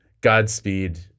Godspeed